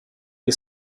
che